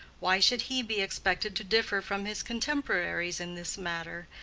why should he be expected to differ from his contemporaries in this matter,